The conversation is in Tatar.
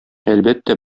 әлбәттә